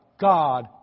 God